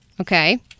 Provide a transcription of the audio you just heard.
Okay